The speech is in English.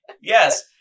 Yes